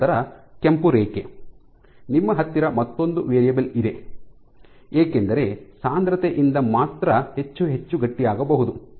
ತದನಂತರ ಕೆಂಪು ರೇಖೆ ನಿಮ್ಮ ಹತ್ತಿರ ಮತ್ತೊಂದು ವೇರಿಯಬಲ್ ಇದೆ ಏಕೆಂದರೆ ಸಾಂದ್ರತೆಯಿಂದ ಮಾತ್ರ ಹೆಚ್ಚು ಹೆಚ್ಚು ಗಟ್ಟಿಯಾಗಬಹುದು